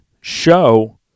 show